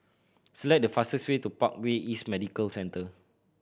select the fastest way to Parkway East Medical Centre